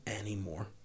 anymore